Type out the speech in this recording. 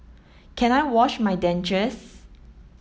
can I wash my dentures